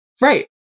Right